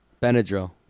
Benadryl